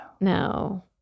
No